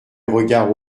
regards